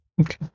Okay